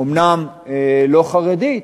אומנם לא חרדית,